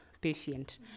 patient